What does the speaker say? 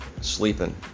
Sleeping